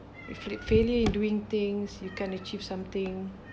fli~ failure in doing things you can't achieve something